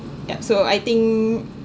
yup so I think